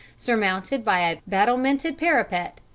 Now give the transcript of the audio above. surmounted by a battlemented parapet,